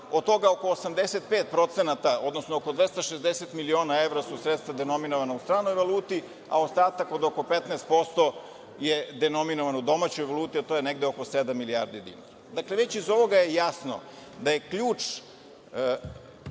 Od toga oko 85%, odnosno oko 260 miliona evra su sredstva denominovana u stranoj valuti, a ostatak od oko 15% je denominovano u domaćoj valuti, a to je negde oko sedam milijardi dinara. Dakle, već iz ovoga je jasno da je ključ